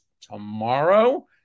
tomorrow